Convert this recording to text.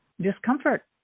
discomfort